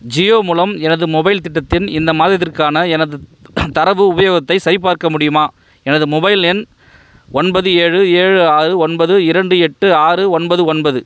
ஜியோ மூலம் எனது மொபைல் திட்டத்தின் இந்த மாதத்திற்கான எனது தரவு உபயோகத்தைச் சரிபார்க்க முடியுமா எனது மொபைல் எண் ஒன்பது ஏழு ஏழு ஆறு ஒன்பது இரண்டு எட்டு ஆறு ஒன்பது ஒன்பது